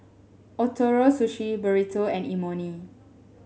Ootoro Sushi Burrito and Imoni